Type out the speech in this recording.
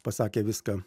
pasakė viską